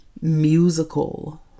musical